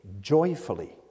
joyfully